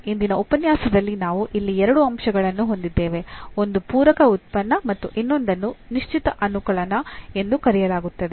ಇಂದಿನ ಉಪನ್ಯಾಸದಲ್ಲಿ ನಾವು ಇಲ್ಲಿ ಎರಡು ಅಂಶಗಳನ್ನು ಹೊಂದಿದ್ದೇವೆ ಒಂದು ಪೂರಕ ಉತ್ಪನ್ನ ಮತ್ತು ಇನ್ನೊಂದನ್ನು ನಿಶ್ಚಿತ ಅನುಕಲನ ಎಂದು ಕರೆಯಲಾಗುತ್ತದೆ